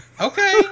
Okay